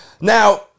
Now